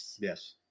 Yes